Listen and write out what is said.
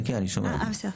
הוועדה,